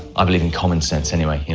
i believe in common sense anyway,